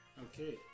Okay